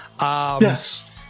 Yes